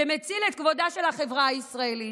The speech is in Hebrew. שמציל את כבודה של החברה הישראלית,